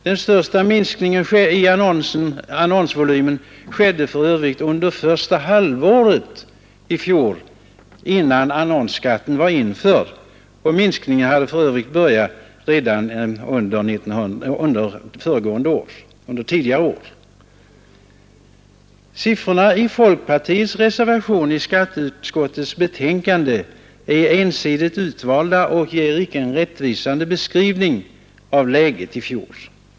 Den största minskningen i annonsvolymen skedde för övrigt under första halvåret i fjol, innan annonsskatten var införd, och minskningen hade börjat redan 1970. Siffrorna i folkpartiets reservation i skatteutskottets betänkande är ensidigt utvalda och ger inte en rättvisande beskrivning av läget i fjol.